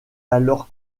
alors